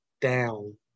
down